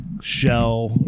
shell